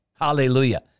Hallelujah